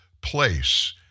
place